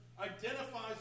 identifies